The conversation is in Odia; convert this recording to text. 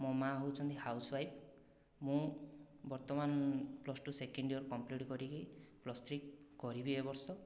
ମୋ' ମାଆ ହେଉଛନ୍ତି ହାଉସ୍ୱାଇଫ୍ ମୁଁ ବର୍ତ୍ତମାନ ମୁଁ plus two second year complete କରିକି ପ୍ଲସ୍ ଥ୍ରୀ କରିବି ଏ ବର୍ଷ